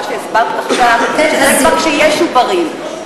מה שהסברת עכשיו זה כבר כשיש עוברים.